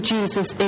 Jesus